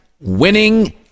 winning